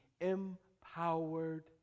empowered